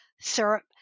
syrup